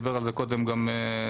דיבר על זה קודם גם זיו.